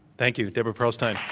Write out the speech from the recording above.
thank you, deborah pearlstein.